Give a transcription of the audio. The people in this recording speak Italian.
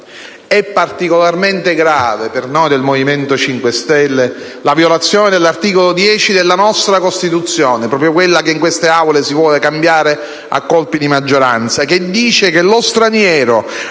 È particolarmente grave per noi del Movimento 5 Stelle la violazione dall'articolo 10 della nostra Costituzione ‑ proprio quella che in queste Aule si vuole cambiare a colpi di maggioranza ‑ il quale dispone che «Lo straniero,